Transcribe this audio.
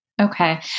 Okay